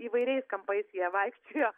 įvairiais kampais jie vaikščiojo